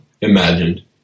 imagined